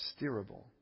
steerable